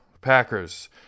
Packers